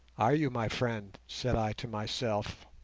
are you, my friend said i to myself.